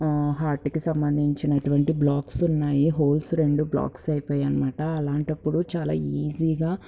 హార్ట్కి సంబంధించినటువంటి బ్లాక్స్ ఉన్నాయి హోల్స్ రెండు బ్లాక్స్ అయిపోయాయన్నమాట అలాంటప్పుడు చాలా ఈజీగా